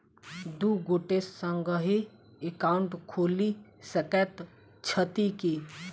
दु गोटे संगहि एकाउन्ट खोलि सकैत छथि की?